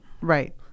Right